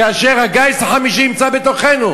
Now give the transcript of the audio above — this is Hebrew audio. כאשר הגיס החמישי נמצא בתוכנו.